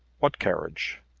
what carriage?